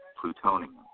plutonium